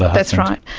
that's right.